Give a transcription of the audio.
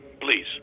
Please